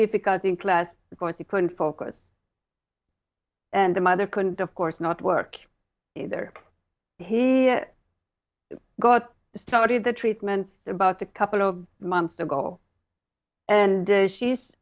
difficulty in class because he couldn't focus and the mother couldn't of course not work either he got started the treatments about the couple of months ago and she's